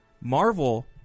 Marvel